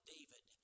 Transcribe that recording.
David